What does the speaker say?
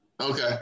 Okay